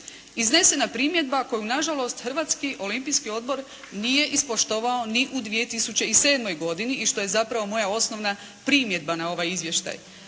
iznesena primjedba koju nažalost Hrvatski olimpijski odbor nije ispoštovao ni u 2007. godini i što je zapravo moja osnovna primjedba na ovaj izvještaj.